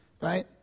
right